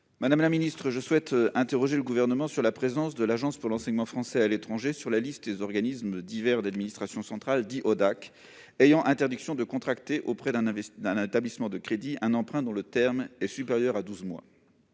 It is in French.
de la relance. Je souhaite interroger le Gouvernement sur la présence de l'Agence pour l'enseignement français à l'étranger sur la liste des organismes divers d'administration centrale, dits ODAC, ayant interdiction de contracter auprès d'un établissement de crédit un emprunt dont le terme est supérieur à douze mois.